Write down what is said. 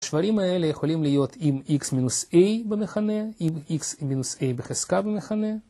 השברים האלה יכולים להיות עם x-a במכנה, עם x-a בחזקה במכנה.